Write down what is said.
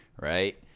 right